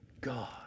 God